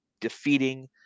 defeating